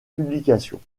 publications